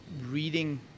reading